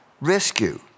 rescue